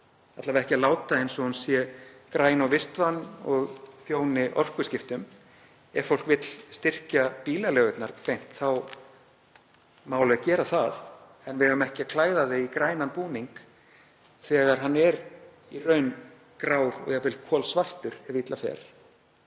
alla vega ekki að láta eins og hún sé græn og vistvæn og þjóni orkuskiptum. Ef fólk vill styrkja bílaleigurnar beint þá má alveg gera það. En við eigum ekki að klæða málið í grænan búning þegar hann er í raun grár og jafnvel kolsvartur ef illa fer.